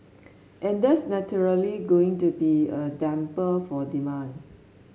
and that's naturally going to be a damper for demand